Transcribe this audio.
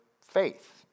faith